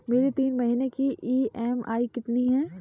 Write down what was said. मेरी तीन महीने की ईएमआई कितनी है?